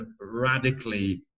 radically